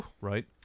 right